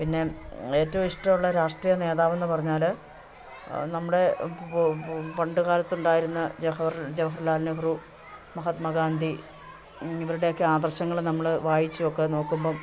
പിന്നേയും ഏറ്റവും ഇഷ്ടമുള്ള രാഷ്ട്രീയ നേതാവെന്നു പറഞ്ഞാൽ നമ്മുടെ പണ്ടു കാലത്തുണ്ടായിരുന്ന ജവഹർലാൽ നെഹ്റു മഹാത്മാഗാന്ധി ഇവരുടെയൊക്കെ ആദർശങ്ങൾ നമ്മൾ വായിച്ചുമൊക്കെ നോക്കുമ്പം